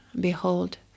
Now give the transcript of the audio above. Behold